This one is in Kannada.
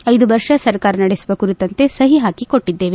ಐದು ವರ್ಷ ಸರ್ಕಾರ ನಡೆಸುವ ಕುರಿತಂತೆ ಸಹಿ ಹಾಕಿ ಕೊಟ್ಟದ್ದೇವೆ